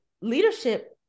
leadership